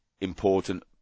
important